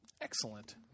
Excellent